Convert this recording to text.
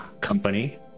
company